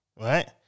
right